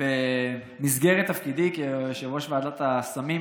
במסגרת תפקידי כיושב-ראש ועדת הסמים,